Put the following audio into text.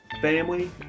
family